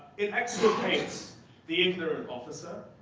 it exculpates the ignorant officer,